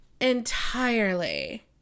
entirely